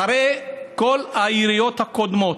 אחרי כל היריות הקודמות,